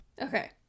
Okay